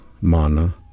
mana